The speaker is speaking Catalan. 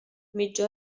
mitja